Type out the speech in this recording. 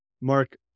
Mark